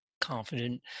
confident